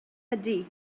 ydy